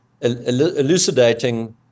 elucidating